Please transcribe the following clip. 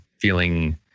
feeling